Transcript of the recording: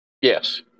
Yes